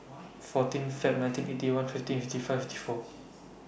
fourteen Feb nineteen Eighty One fifteen fifty five fifty four